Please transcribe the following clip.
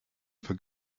for